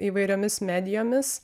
įvairiomis medijomis